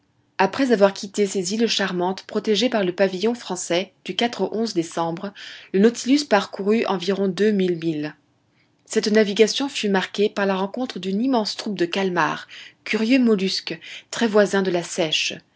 après avoir quitté ces îles charmantes protégées par le pavillon français du au décembre le nautilus parcourut environ deux mille milles cette navigation fut marquée par la rencontre d'une immense troupe de calmars curieux mollusques très voisins de la seiche